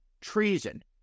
treason